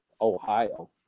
Ohio